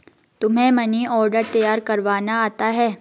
तुम्हें money order तैयार करवाना आता है?